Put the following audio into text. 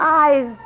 eyes